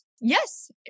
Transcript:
Yes